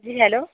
जी hello